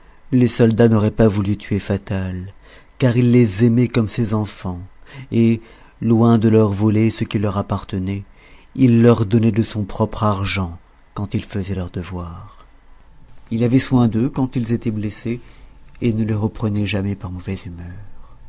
les soldats n'auraient pas voulu tuer fatal car il les aimait comme ses enfants et loin de leur voler ce qui leur appartenait il leur donnait de son propre argent quand ils faisaient leur devoir il avait soin d'eux quand ils étaient blessés et ne les reprenait jamais par mauvaise humeur